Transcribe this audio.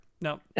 No